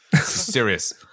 Serious